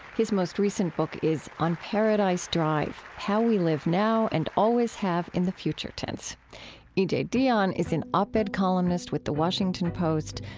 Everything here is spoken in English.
his most recent book is on paradise drive how we live now and always have in the future tense e j. dionne is an op-ed columnist with the washington post,